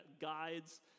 guides